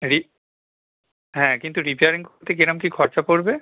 রি হ্যাঁ কিন্তু রিপেয়ারিং করতে কে রকম কী খরচা পড়বে